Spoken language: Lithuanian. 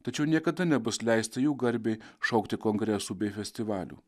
tačiau niekada nebus leista jų garbei šaukti kongresų bei festivalių